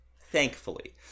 Thankfully